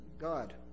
God